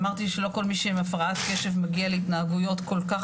אמרתי שלא כל מי שעם הפרעת קשב מגיע להתנהגויות כל כך